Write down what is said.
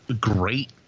great